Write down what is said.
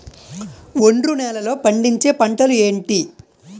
ఒండ్రు నేలలో పండించే పంటలు ఏంటి?